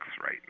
right